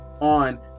on